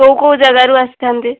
କୋଉ କୋଉ ଯାଗାରୁ ଆସିଥାନ୍ତି